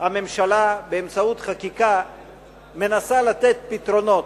הממשלה באמצעות חקיקה מנסה לתת פתרונות,